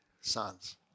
sons